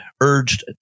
urged